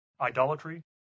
idolatry